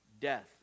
death